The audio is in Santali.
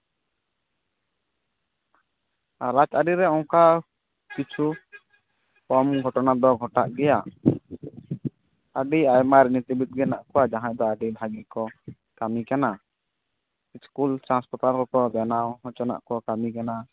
ᱨᱟᱡ ᱟᱨᱤ ᱨᱮ ᱚᱱᱠᱟ ᱠᱤᱪᱷᱩ ᱠᱚᱢ ᱜᱷᱚᱴᱚᱱᱟ ᱫᱚ ᱜᱷᱚᱴᱟᱜ ᱜᱮᱭᱟ ᱟᱹᱰᱤ ᱟᱭᱢᱟ ᱨᱟᱡᱱᱤᱛᱤ ᱵᱤᱫ ᱜᱮ ᱢᱮᱱᱟᱜ ᱠᱚᱣᱟ ᱡᱟᱦᱟᱸᱭ ᱟᱹᱰᱤ ᱵᱷᱟᱹᱜᱤ ᱠᱚ ᱠᱟᱹᱢᱤ ᱠᱟᱱᱟ ᱥᱠᱩᱞ ᱥᱮ ᱦᱟᱸᱥᱯᱟᱛᱟᱞ ᱠᱚ ᱵᱮᱱᱟᱣ ᱦᱚᱪᱚ ᱨᱮᱱᱟᱜ ᱠᱚ ᱠᱟᱹᱢᱤ ᱠᱟᱱᱟ